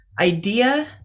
idea